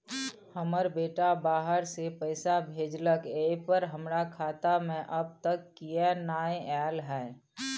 हमर बेटा बाहर से पैसा भेजलक एय पर हमरा खाता में अब तक किये नाय ऐल है?